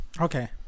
Okay